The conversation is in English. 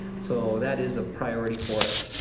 so that is a priority for us.